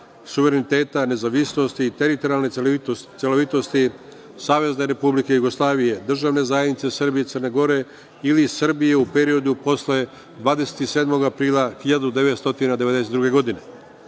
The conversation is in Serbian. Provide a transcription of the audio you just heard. suvereniteta, nezavisnosti i teritorijalne celovitosti SRJ, državne zajednice Srbije i Crne Gore ili Srbije u periodu posle 27. aprila 1992. godine. Druga